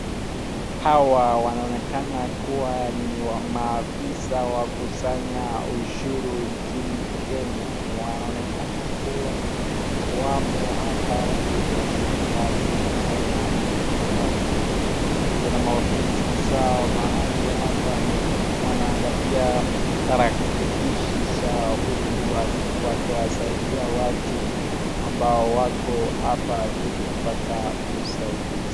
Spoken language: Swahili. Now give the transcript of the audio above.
Hawa wanaonekana kuwa ni maafisa wa kukusanya ushuru nchini Kenya. Wanaonekana kuwa wamo hapa wakifanya kazi zao mahali hapa. Kuna maofisi zao mahali hapa na wanaangalia tarakilishi zao huku wakiwasaidia watu ambao wako hapa ili kupata usaidizi.